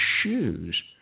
shoes